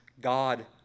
God